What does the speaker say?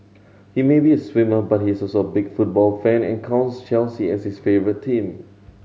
he may be a swimmer but he is also a big football fan and counts Chelsea as his favourite team